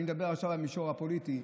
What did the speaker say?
ואני מדבר עכשיו על המישור הפוליטי,